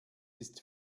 ist